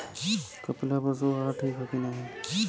कपिला पशु आहार ठीक ह कि नाही?